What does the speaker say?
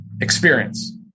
experience